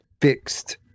fixed